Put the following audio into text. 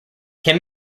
can